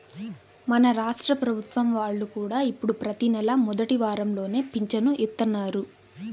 మన రాష్ట్ర ప్రభుత్వం వాళ్ళు కూడా ఇప్పుడు ప్రతి నెలా మొదటి వారంలోనే పింఛను ఇత్తన్నారు